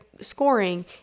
scoring